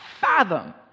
fathom